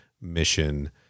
mission